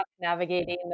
navigating